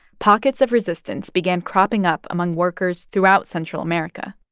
pockets of resistance began cropping up among workers throughout central america